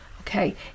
okay